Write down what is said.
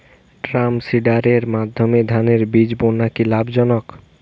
ড্রামসিডারের মাধ্যমে ধানের বীজ বোনা কি লাভজনক?